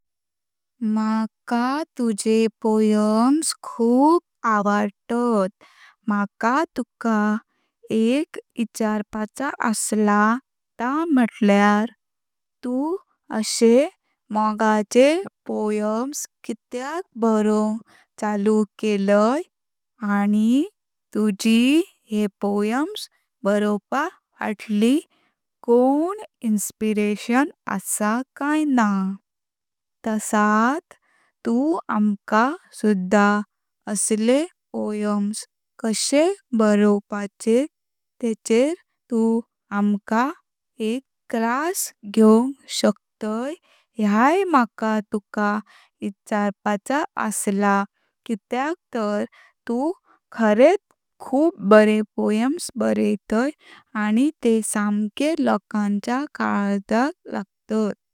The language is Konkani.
मका तुजे पोएम्स खूप आवडतात। मका तुका एक इच्छारपाच आासला त म्हुटल्यार तु अशे मोगाचे पोएम्स कित्याक बारोंक चालू केलेय आनि तुजी ह्ये पोएम्स बारोवपा फाटली कोण इन्स्पिरेशन आसा काय ना। तसत तु आम्का सुध्दा असले पोएम्स कशे बारोवपाचे तेचेर तु आम्का एक क्लास घेवक शकतय ह्याय मका तुका विचारपाच आासला कित्याक तारा तु खरेत खूप बरे पोएम्स बारायतय आनि तेह समके लोकांचा कालजल लागतत।